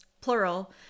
plural